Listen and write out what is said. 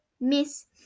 miss